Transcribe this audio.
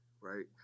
right